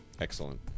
Excellent